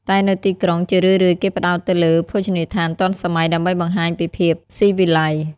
តែនៅទីក្រុងជារឿយៗគេផ្តោតទៅលើភោជនីយដ្ឋានទាន់សម័យ ដើម្បីបង្ហាញពីភាពស៊ីវិល័យ។